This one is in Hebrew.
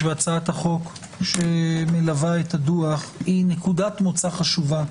והצעת החוק שמלווה את הדוח היא נקודת מוצא חשובה.